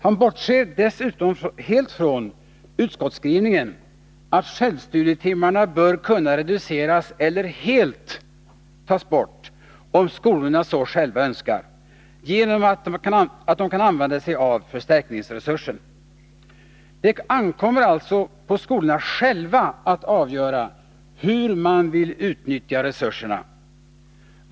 Han bortser dessutom helt från utskotts skrivningen, att självstudietimmarna bör kunna reduceras eller helt tas bort, om skolorna själva så önskar, genom att de kan använda sig av förstärkningsresursen. Det ankommer alltså på skolorna själva att avgöra hur de vill utnyttja resursen.